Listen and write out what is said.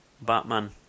Batman